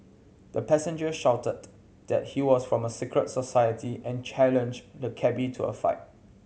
the passenger shouted that he was from a secret society and challenged the cabby to a fight